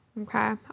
Okay